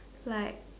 like